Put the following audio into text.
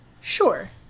Sure